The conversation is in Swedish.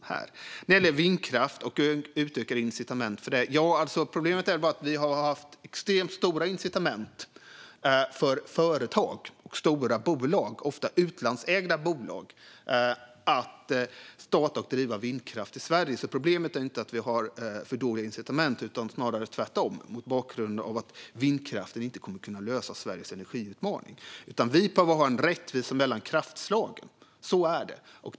När det gäller vindkraft och utökade incitament för detta är problemet att vi har haft extremt stora incitament för företag - stora bolag, ofta utlandsägda - att starta och driva vindkraft i Sverige. Problemet är alltså inte att vi har för dåliga incitament utan snarare tvärtom. Detta ska ses mot bakgrund av att vindkraften inte kommer att kunna lösa Sveriges energiutmaning. Vi behöver ha en rättvisa mellan kraftslagen; så är det.